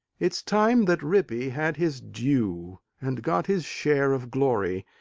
it's time that rippy had his due and got his share of glory,